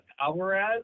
Alvarez